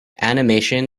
animation